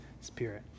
spirit